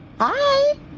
Hi